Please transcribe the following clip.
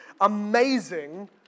amazing